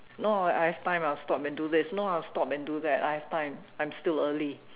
no I have time I'll stop and do this no I'll stop and do that I have time I'm still early